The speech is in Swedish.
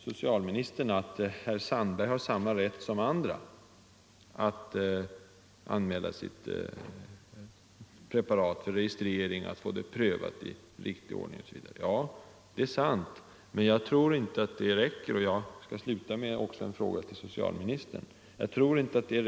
Socialministern sade att herr Sandberg har samma rätt som andra att anmäla sitt preparat för registrering och få det prövat i riktig ordning. Ja, det är sant. Men jag tror inte att det räcker — och jag skall sluta med en fråga till socialministern om det — att konstatera detta.